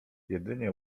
jedynie